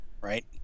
right